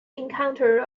encounter